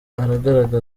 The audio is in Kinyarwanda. aragaragaza